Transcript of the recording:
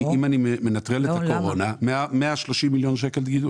אם אני מנטרל את הקורונה גידול של 130 מיליון שקל.